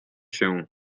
się